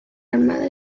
armada